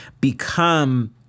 become